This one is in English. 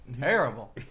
Terrible